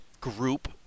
group